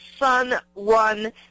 Sunrun